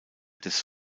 des